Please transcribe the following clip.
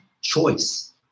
choice